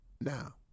Now